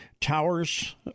towers